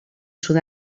sud